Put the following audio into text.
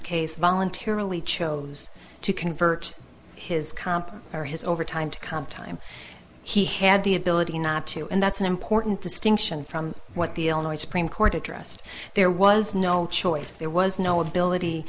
case voluntarily chose to convert his comp or his over time to come time he had the ability not to and that's an important distinction from what the illinois supreme court addressed there was no choice there was no ability